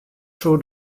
soe